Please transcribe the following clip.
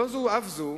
לא זו אף זו,